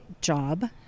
job